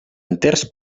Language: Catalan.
enters